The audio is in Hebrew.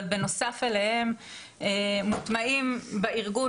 אבל בנוסף אליהם מוטמעים בארגון